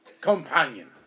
companion